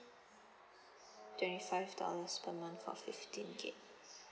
twenty five dollars per month for fifteen gigabytes